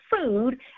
food